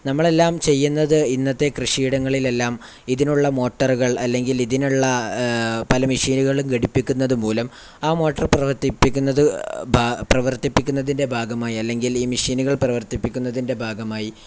നമ്മളെല്ലാം ചെയ്യുന്നത് ഇന്നത്തെ കൃഷിയിടങ്ങളിലെല്ലാം ഇതിനുള്ള മോട്ടറുകൾ അല്ലെങ്കിൽ ഇതിനുള്ള പല മെഷീനുകളും ഘടിപ്പിക്കുന്നത് മൂലം ആ മോട്ടർ പ്രവർത്തിപ്പിക്കുന്നതിൻ്റെ ഭാഗമായി അല്ലെങ്കിൽ ഈ മെഷീനുകൾ പ്രവർത്തിപ്പിക്കുന്നതിൻ്റെ ഭാഗമായി